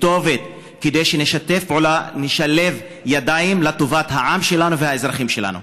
כתובת כדי שנשתף פעולה ונשלב ידיים לטובת העם שלנו והאזרחים שלנו.